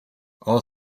all